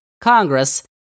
Congress